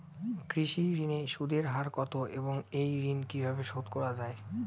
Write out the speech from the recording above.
কৃষি ঋণের সুদের হার কত এবং এই ঋণ কীভাবে শোধ করা য়ায়?